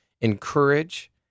encourage